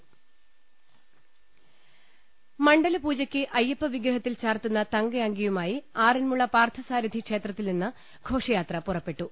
ന മണ്ഡലപൂജയ്ക്ക് അയ്യപ്പവിഗ്രഹത്തിൽ ചാർത്തുന്ന തങ്കയങ്കിയു മായി ആറന്മുള പാർത്ഥസാരഥി ക്ഷേത്രത്തിൽ നിന്ന് ഘോഷയാത്ര പുറ പ്പെട്ടു